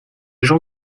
gens